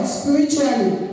spiritually